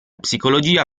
psicologia